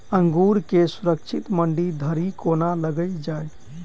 अंगूर केँ सुरक्षित मंडी धरि कोना लकऽ जाय?